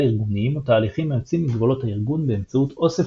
ארגוניים או תהליכים היוצאים מגבולות הארגון באמצעות אוסף